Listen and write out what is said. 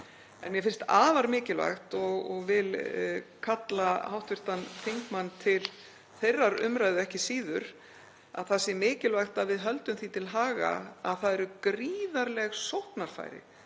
En mér finnst afar mikilvægt, og vil kalla hv. þingmann til þeirrar umræðu ekki síður, að við höldum því til haga að það eru gríðarleg sóknarfæri